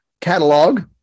catalog